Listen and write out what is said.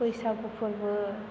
बैसागु फोरबो